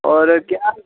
और क्या